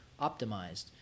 optimized